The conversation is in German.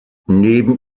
neben